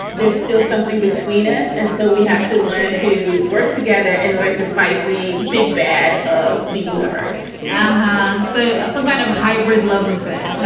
there's still something between us. and so we have to learn to work together in order to fight the big bad of the universe um ah so some kind of hybrid love affair.